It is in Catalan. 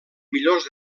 millors